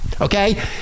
okay